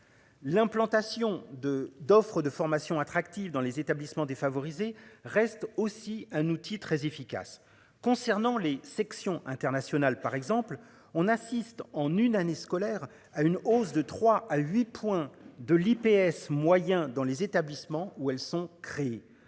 L'implantation de d'offres de formation attractive dans les établissements défavorisés reste aussi un outil très efficace concernant les sections internationales par exemple on assiste en une année scolaire à une hausse de 3 à 8 points de l'IPS moyen dans les établissements où elles sont créées,